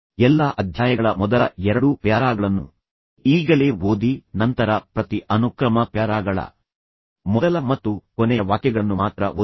ಎಲ್ಲಾ ಅಧ್ಯಾಯಗಳ ಮೊದಲ ಎರಡು ಪ್ಯಾರಾಗಳನ್ನು ಈಗಲೇ ಓದಿ ನಂತರ ಪ್ರತಿ ಅನುಕ್ರಮ ಪ್ಯಾರಾಗಳ ಮೊದಲ ಮತ್ತು ಕೊನೆಯ ವಾಕ್ಯಗಳನ್ನು ಮಾತ್ರ ಓದಿ